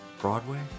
Broadway